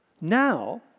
now